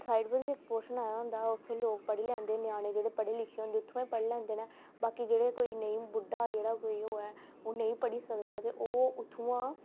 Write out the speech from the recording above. side उप्पर बी इक पोर्शन आए दा होंदा उ'त्थें बी लोग पढ़ी लैंदे ञ्यानें जेह्डे़ पढ़ी लिखे दे होंदे न उ'त्थुआं बी पढ़ी लैंदे न बाकी जेह्डे़ कोई नेईं बुड्ढा जेह्ड़ा कोई होऐ ओह् नेईं पढ़ी सकदा ते ओह् उ'त्थुआं